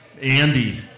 Andy